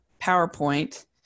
PowerPoint